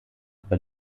über